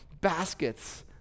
baskets